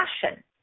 passion